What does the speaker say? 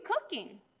cooking